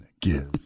give